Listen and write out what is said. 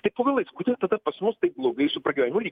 tai po galais kodėl tada pas mus taip blogai su pragyvenimo lygiu